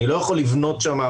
אני לא יכול לבנות שם,